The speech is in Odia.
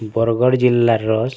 ବରଗଡ଼ ଜିଲ୍ଲା ର